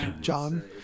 John